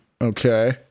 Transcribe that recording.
Okay